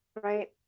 right